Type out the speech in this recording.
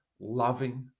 loving